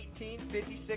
1856